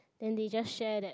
then they just share that